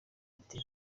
ati